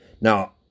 Now